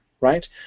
right